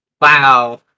Wow